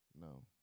No